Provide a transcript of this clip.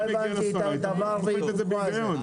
לא הבנתי את הדבר והיפוכו הזה.